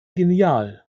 genial